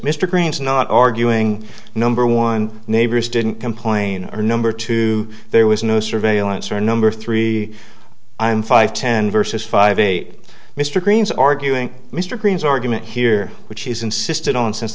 green's not arguing number one neighbors didn't complain or number two there was no surveillance or number three m five ten versus five eight mr green's arguing mr green's argument here which is insisted on since